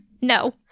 No